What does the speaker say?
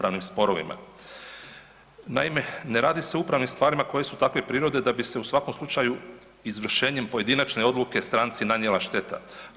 Naime, ne radi se o upravnim stvarima koje su takve prirode da bi se u svakom slučaju izvršenjem pojedinačne odluke stranci nanijela šteta.